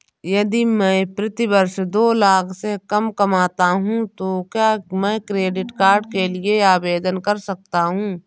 यदि मैं प्रति वर्ष दो लाख से कम कमाता हूँ तो क्या मैं क्रेडिट कार्ड के लिए आवेदन कर सकता हूँ?